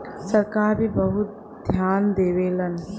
सरकार भी बहुत धियान देवलन